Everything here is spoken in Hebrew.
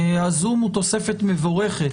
הזום הוא תוספת מבורכת,